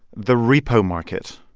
the repo market